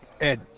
Ed